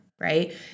right